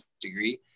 degree